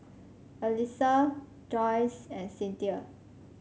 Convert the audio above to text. Alysa Joyce and Cynthia